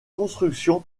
construction